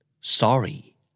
Sorry